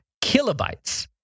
kilobytes